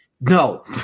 no